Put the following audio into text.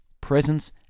presence